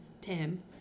tim